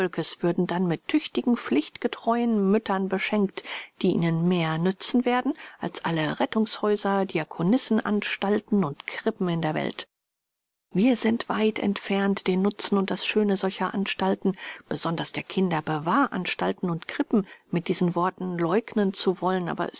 würden dann mit tüchtigen pflichtgetreuen müttern beschenkt die ihnen mehr nützen werden als alle rettungshäuser diakonissenanstalten und krippen in der welt wir sind weit entfernt den nutzen und das schöne solcher anstalten besonders der kinderbewahranstalten und krippen mit diesen worten läugnen zu wollen aber